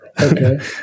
okay